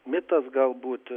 mitas galbūt